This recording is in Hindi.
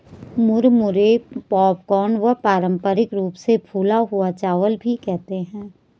मुरमुरे पॉपकॉर्न व पारम्परिक रूप से फूला हुआ चावल भी कहते है